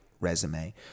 resume